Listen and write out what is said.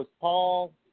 Paul